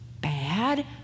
bad